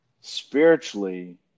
Spiritually